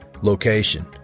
Location